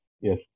Yes